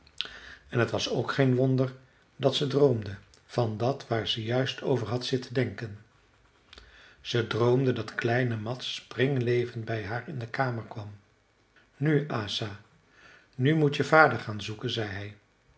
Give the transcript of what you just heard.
en t was ook geen wonder dat ze droomde van dat waar ze juist over had zitten denken ze droomde dat kleine mads springlevend bij haar in de kamer kwam nu asa nu moet je vader gaan zoeken zei